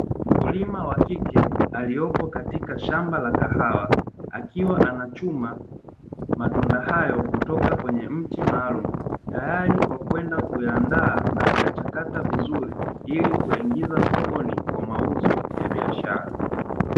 Mkulima wa kike aliyopo katika shamba la kahawa, akiwa anachuma matunda hayo kutoka kwenye mti maalumu tayari kwa kwenda kuyaandaa na kuyachakata vizuri